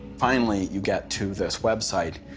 finally, you get to this website,